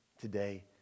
today